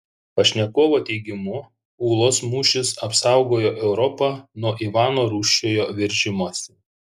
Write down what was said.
pašnekovo teigimu ūlos mūšis apsaugojo europą nuo ivano rūsčiojo veržimosi